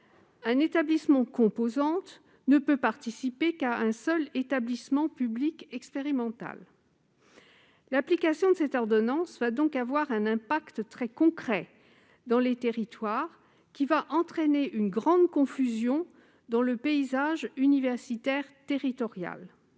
Un établissement-composante ne peut participer qu'à un seul établissement public expérimental. L'application de cette ordonnance va donc avoir un impact très concret dans les territoires. Elle va entraîner une grande confusion dans le paysage universitaire territorial.